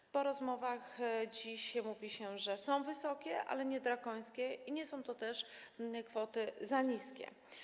Dziś po rozmowach mówi się, że są wysokie, ale nie drakońskie, nie są to też kwoty za niskie.